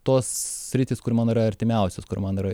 tos sritys kur mano yra artimiausios kur man yra